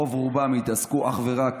רוב-רובן התעסקו אך ורק